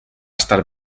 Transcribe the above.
estar